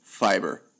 fiber